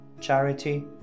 charity